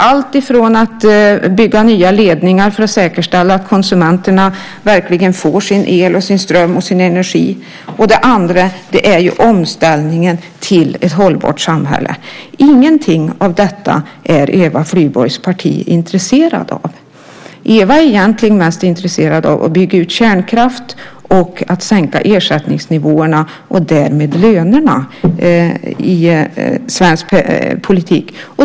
Det handlar om att bygga nya ledningar för att säkerställa att konsumenterna verkligen får sin el, sin ström och sin energi. Dessutom handlar det om omställningen till ett hållbart samhälle. Ingenting av detta är Eva Flyborgs parti intresserat av. Eva är egentligen mest intresserad av att bygga ut kärnkraft och sänka ersättningsnivåerna och därmed lönerna.